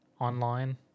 online